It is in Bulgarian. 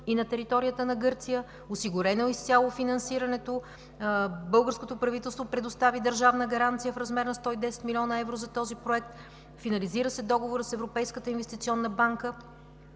и на територията на Гърция, осигурено е изцяло финансирането, българското правителство предостави държавна гаранция в размер на 110 млн. евро за този проект, финализира се договорът с Европейската инвестиционна банка